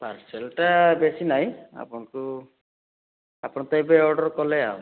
parcel ଟା ବେଶୀ ନାଇ ଆପଣଙ୍କୁ ଆପଣ ତ ଏବେ ଅର୍ଡ଼ର୍ କଲେ ଆଉ